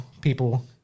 people